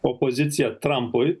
opozicija trampui